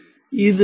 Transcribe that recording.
അത് Q